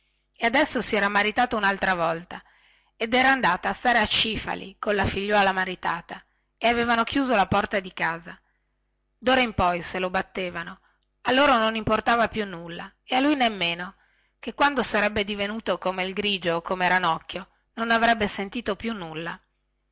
e adesso si era maritata unaltra volta ed era andata a stare a cifali anche la sorella si era maritata e avevano chiusa la casa dora in poi se lo battevano a loro non importava più nulla e a lui nemmeno e quando sarebbe divenuto come il grigio o come ranocchio non avrebbe sentito più nulla